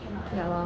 cannot eh